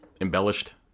Embellished